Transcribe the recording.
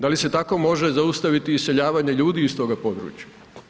Da li se tako može zaustaviti iseljavanje ljudi iz toga područja?